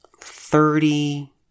thirty